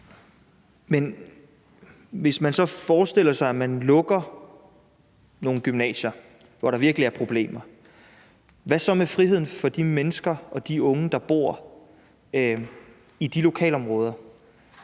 (S): Hvis man så forestiller sig, at man lukker nogle gymnasier, hvor der virkelig er problemer, hvad så med friheden for de mennesker og de unge, der bor i de lokalområder?